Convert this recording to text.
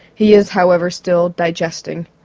he is however still digesting.